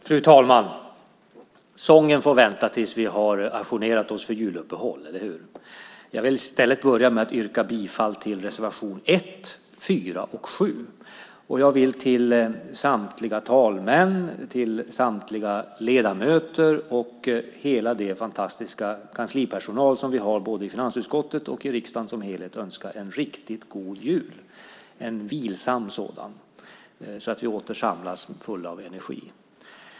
Fru talman! Sången får vänta tills vi har ajournerat oss för juluppehåll, eller hur? Jag vill i stället börja med att yrka bifall till reservationerna 1, 4 och 7. Jag vill till samtliga talmän, till samtliga ledamöter och hela den fantastiska kanslipersonal som vi har både i finansutskottet och i riksdagen som helhet önska en riktigt god jul, en vilsam sådan, så att vi återsamlas fulla av energi.